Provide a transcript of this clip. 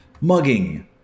Mugging